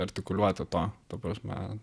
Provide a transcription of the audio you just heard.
artikuliuoti to ta prasme